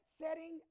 setting